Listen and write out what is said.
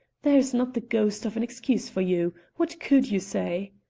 there is not the ghost of an excuse for you. what could you say?